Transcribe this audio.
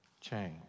change